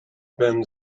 been